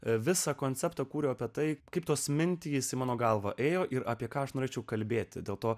visą konceptą kūriau apie tai kaip tos mintys mano galva ėjo ir apie ką aš norėčiau kalbėti dėl to